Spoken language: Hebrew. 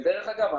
ודרך אגב,